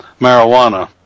marijuana